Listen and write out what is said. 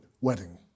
wedding